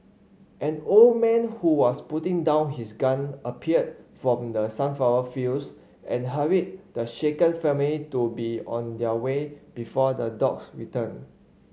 an old man who was putting down his gun appeared from the sunflower fields and hurried the shaken family to be on their way before the dogs return